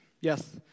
Yes